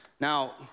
Now